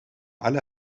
alle